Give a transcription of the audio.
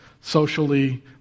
socially